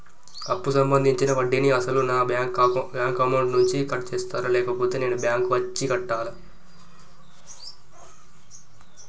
అప్పు సంబంధించిన వడ్డీని అసలు నా బ్యాంక్ అకౌంట్ నుంచి కట్ చేస్తారా లేకపోతే నేను బ్యాంకు వచ్చి కట్టాలా?